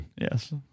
Yes